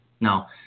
Now